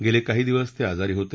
गेले काही दिवस ते आजारी होते